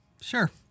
Sure